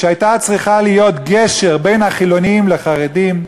שהייתה צריכה להיות גשר בין החילונים לחרדים,